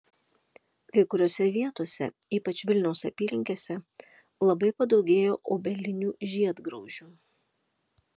kai kuriose vietose ypač vilniaus apylinkėse labai padaugėjo obelinių žiedgraužių